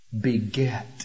beget